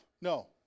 No